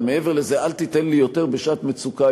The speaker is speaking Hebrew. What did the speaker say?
אבל מעבר לזה אל תיתן לי יותר בשעת מצוקה",